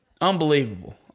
unbelievable